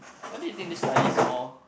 what do you think this study is for